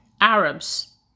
Arabs